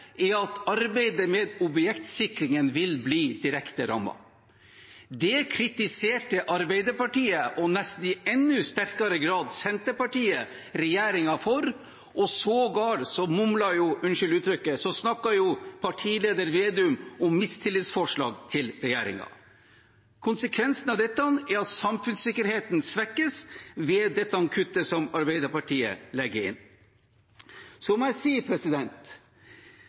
er at arbeidet med objektsikring vil bli direkte rammet. Det kritiserte Arbeiderpartiet – og nesten i enda sterkere grad Senterpartiet – regjeringen for, sågar snakket partileder Slagsvold Vedum om mistillitsforslag mot regjeringen. Konsekvensen er at samfunnssikkerheten svekkes ved dette kuttet som Arbeiderpartiet legger inn. Så må jeg si